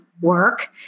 work